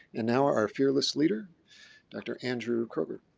and now our fearless leader dr. andrew kroger.